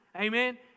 Amen